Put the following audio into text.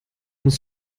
muss